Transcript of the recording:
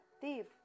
thief